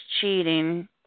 cheating